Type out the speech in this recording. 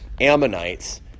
Ammonites